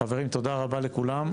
חברים, תודה רבה לכולם.